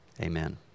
amen